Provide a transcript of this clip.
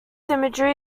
imagery